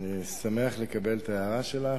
אני שמח לקבל את ההערה שלך.